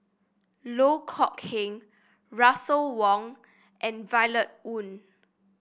Loh Kok Heng Russel Wong and Violet Oon